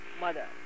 mother